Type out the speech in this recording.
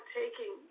taking